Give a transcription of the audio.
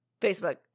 Facebook